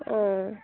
অঁ